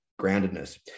groundedness